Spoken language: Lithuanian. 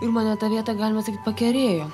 ir mane ta vieta galima sakyt pakerėjo